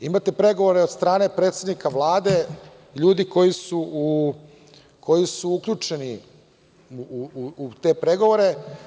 Imate pregovore od strane predsednika Vlade, ljudi koji su uključeni u te pregovore.